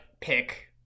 pick